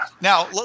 now